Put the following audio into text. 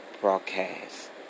broadcast